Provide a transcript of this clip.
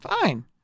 Fine